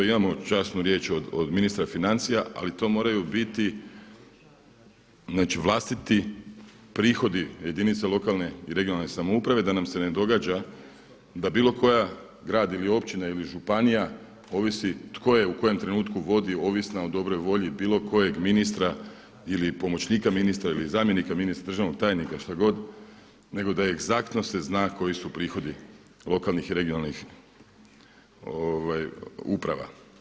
Imamo časnu riječ od ministra financija, ali to moraju biti znači vlastiti prihodi jedinica lokalne i regionalne samouprave da nam se ne događa da bilo kojih grad, ili općina ili županija ovisi tko je u kojem trenutku vodio ovisno o dobroj volji bilo kojeg ministra, ili pomoćnika ministra ili zamjenika ministra, državnog tajnika, što god, nego da egzaktno se zna koji su prihodi lokalnih i regionalnih uprava.